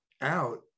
out